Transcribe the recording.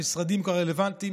המשרדים הרלוונטיים,